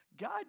God